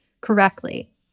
correctly